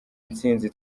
intsinzi